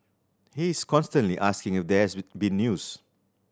he is constantly asking if there has been news